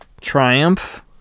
triumph